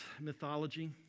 mythology